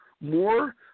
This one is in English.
more